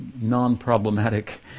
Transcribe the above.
non-problematic